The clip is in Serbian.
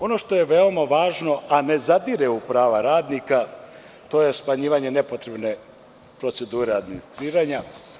Ono što je veoma važno, a ne zadire u prava radnika, to je smanjivanje nepotrebne procedure administratiranja.